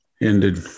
ended